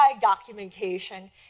documentation